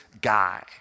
guy